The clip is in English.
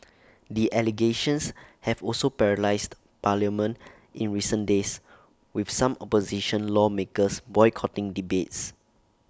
the allegations have also paralysed parliament in recent days with some opposition lawmakers boycotting debates